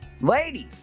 Ladies